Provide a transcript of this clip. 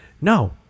No